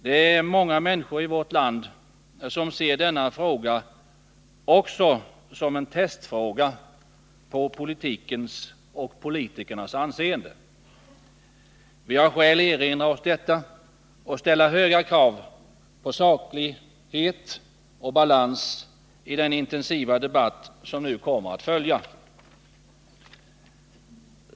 Det är många människor i vårt land som ser denna fråga också som en testfråga på politikens och politikernas anseende. Vi har skäl erinra oss detta och ställa höga krav på saklighet och balans i den intensiva debatt som nu kommer att följa.